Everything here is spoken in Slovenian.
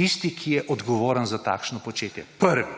tisti, ki je odgovoren za takšno početje. Prvi,